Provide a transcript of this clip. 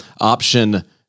Option